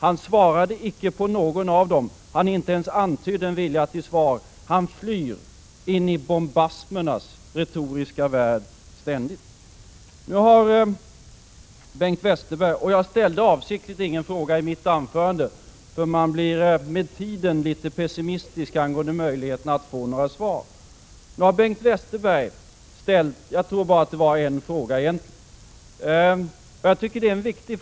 Han svarade icke på någon av dem. Han inte ens antydde en vilja till svar. Han flyr ständigt in i bombasmernas retoriska värld. Jag ställde avsiktligt ingen fråga i mitt anförande, för man blir med tiden litet pessimistisk angående möjligheterna att få några svar. Jag tror att Bengt Westerberg nyss ställde en enda fråga, och jag tycker att den är viktig.